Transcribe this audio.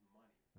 money